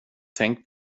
tänk